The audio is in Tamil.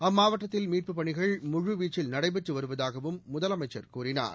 அம்மாவட்டத்தில் மீட்புப் பணிகள் முழுவீச்சில் நடைபெற்று வருவதாகவும் முதலமைச்சர் கூறினார்